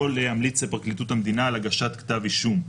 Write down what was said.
להמליץ לפרקליטות המדינה על הגשת כתב אישום,